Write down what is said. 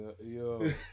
Yo